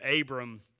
Abram